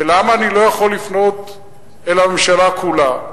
ולמה אני לא יכול לפנות אל ממשלה כולה?